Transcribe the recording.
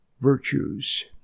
virtues